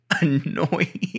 annoying